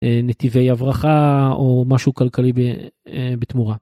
נתיבי הברחה או משהו כלכלי בתמורה.